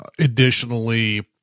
additionally